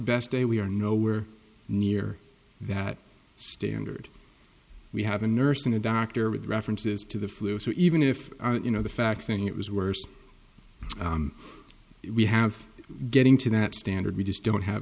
best day we are nowhere near that standard we have a nurse and a doctor with references to the flu so even if you know the facts and it was worse we have getting to that standard we just don't have